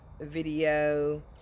video